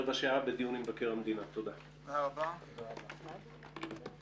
הישיבה ננעלה בשעה 10:50.